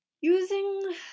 using